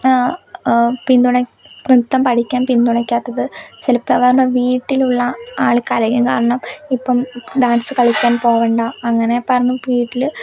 പിന്തുണക്ക നൃത്തം പഠിക്കാന് പിന്തുണക്കാത്തത് ചിലപ്പം അവരുടെ വീട്ടിലുള്ള ആള്ക്കാര് ആയിരിക്കും കാരണം ഇപ്പം ഡാന്സ് കളിക്കാന് പോകണ്ട അങ്ങനെ പറഞ്ഞ് വീട്ടില്